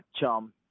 Chum